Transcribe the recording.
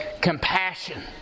compassion